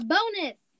Bonus